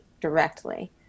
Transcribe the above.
directly